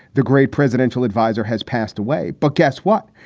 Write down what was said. the great presidential advisor has passed away. but guess what?